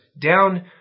down